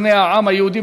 בני העם היהודי,